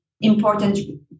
important